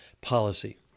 policy